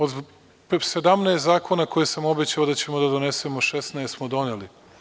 Od 17 zakona koje sam obećao da ćemo da donesemo, 16 smo doneli.